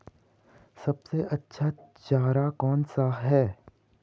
सबसे अच्छा चारा कौन सा है?